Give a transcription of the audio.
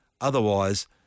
Otherwise